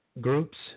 groups